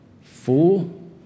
Fool